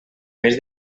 més